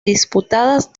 disputadas